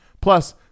Plus